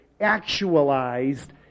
actualized